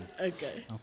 Okay